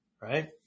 right